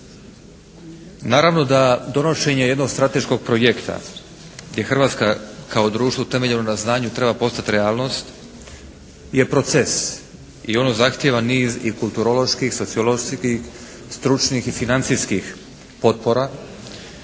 Naravno da donošenje jednog strateškog projekta gdje Hrvatska kao društvo utemeljeno na znanju treba postati realnost je proces i ono zahtijeva niz i kulturoloških, socioloških, stručnih i financijskih potpora